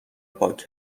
پاک